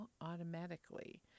automatically